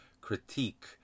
critique